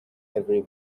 every